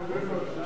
כמובן.